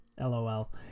LOL